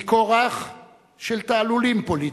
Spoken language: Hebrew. מכורח של תעלולים פוליטיים.